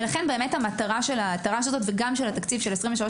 ולכן המטרה של התר"ש הזאת וגם של התקציב של 2024-2023